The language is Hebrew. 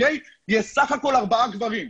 יש סך הכול ארבע גברים.